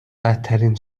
بدترین